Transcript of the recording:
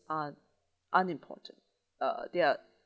ah unimportant uh they're